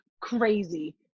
crazy